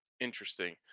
interesting